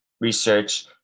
research